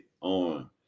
on